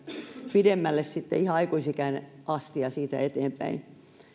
pidemmälle ihan aikuisikään asti ja siitä eteenpäin